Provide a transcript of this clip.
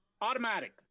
automatic